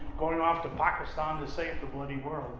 going off to pakistan to save the bloody world.